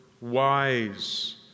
wise